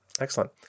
excellent